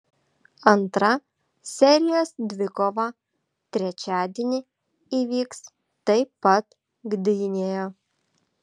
antra serijos dvikova trečiadienį įvyks taip pat gdynėje